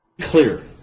Clear